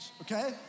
okay